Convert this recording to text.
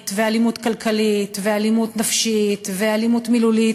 ואלימות כלכלית ואלימות נפשית ואלימות מילולית